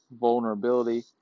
vulnerability